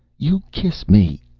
you kiss me!